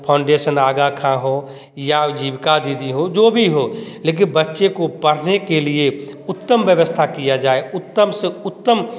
foundation Agra का हो या जीविका दीदी हो जो भी हो लेकिन बच्चों को पढ़ने के लिए उत्तम व्यवस्था किया जाए उत्तम से उत्तम